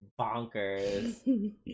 bonkers